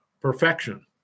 Perfection